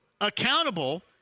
accountable